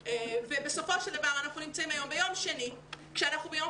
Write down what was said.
בסופו של דבר אנחנו ביום שני כאשר ביום